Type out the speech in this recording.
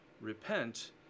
Repent